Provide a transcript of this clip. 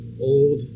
Old